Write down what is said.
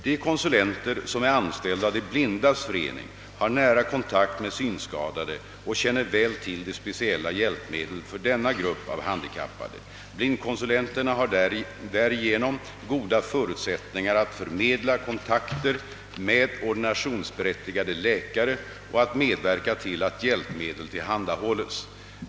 De konsulenter som är anställda av De blindas förening har nära kontakt med synskadade och känner väl till de speciella hjälpmedlen för denna grupp av handikappade. Blindkonsulenterna har därigenom goda förutsättningar att förmedla kontakter med ordinationsberättigade läkare och att medverka till att hjälpmedel tillhandahålls.